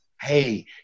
Hey